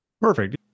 Perfect